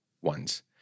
ones